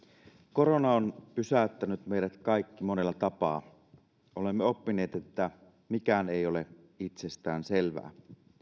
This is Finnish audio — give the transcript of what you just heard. korona on pysäyttänyt meidät kaikki monella tapaa olemme oppineet että mikään ei ole itsestäänselvää